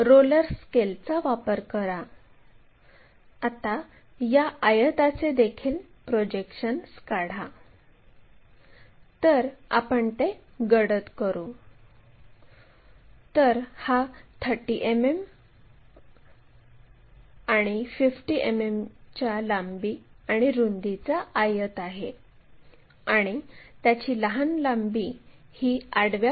मग r2 मिळाले आणि ही q r2 ही लाईन QR ची खरी लांबी दर्शवते